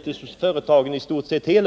upplåningen läggs över på företagen.